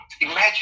imagine